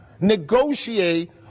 negotiate